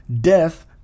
Death